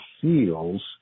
feels